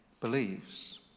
believes